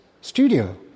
studio